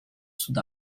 sud